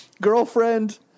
Girlfriend